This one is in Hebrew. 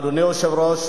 אדוני היושב-ראש,